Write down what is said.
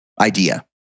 idea